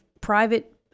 private